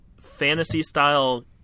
fantasy-style